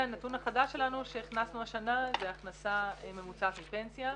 והנתון החדש שלנו שהכנסנו השנה זה הכנסה ממוצעת מפנסיה,